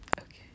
Okay